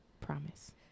promise